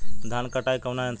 धान क कटाई कउना यंत्र से हो?